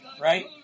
right